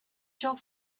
shop